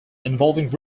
involving